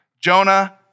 Jonah